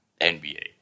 NBA